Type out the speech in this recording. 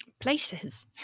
places